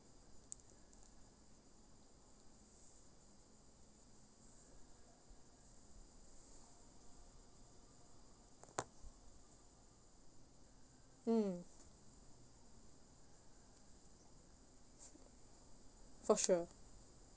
mm for sure